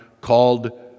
called